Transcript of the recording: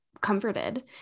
comforted